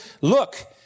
Look